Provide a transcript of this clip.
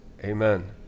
amen